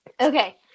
Okay